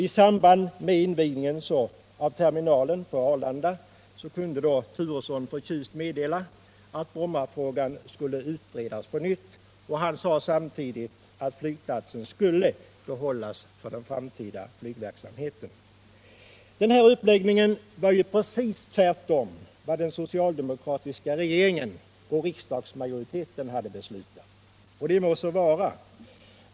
I samband med invigningen av terminalen på Arlanda kunde Turesson förtjust meddela att Brommafrågan skulle utredas på nytt. Samtidigt sade han att flygplatsen skulle behållas för den fortsatta flygverksamheten. Den här uppläggningen var precis motsatt den som den socialdemokratiska regeringen och riksdagsmajoriteten hade beslutat om. Och det må så vara.